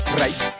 right